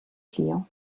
clients